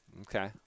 Okay